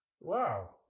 Wow